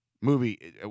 movie